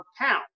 pound